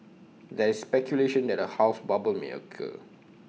there is speculation that A house bubble may occur